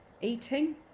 eating